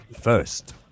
first